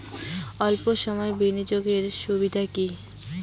অল্প সময়ের বিনিয়োগ এর সুবিধা কি?